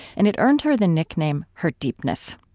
and it earned her the nickname her deepness.